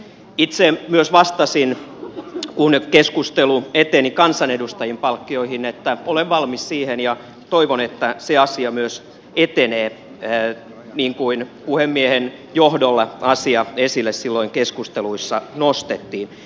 myös itse vastasin kun keskustelu eteni kansanedustajien palkkioihin että olen valmis siihen ja toivon että se asia myös etenee niin kuin puhemiehen johdolla asia esille silloin keskusteluissa nostettiin